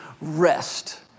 rest